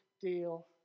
deal